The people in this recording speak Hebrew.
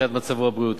מבחינת מצבו הבריאותי.